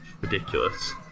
ridiculous